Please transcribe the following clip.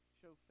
show